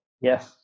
Yes